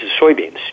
soybeans